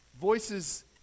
Voices